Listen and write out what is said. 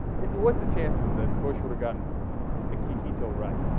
it was the chances that bush with a gun akihito right